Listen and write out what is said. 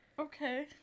Okay